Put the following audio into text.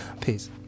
Peace